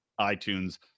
iTunes